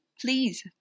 please